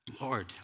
Lord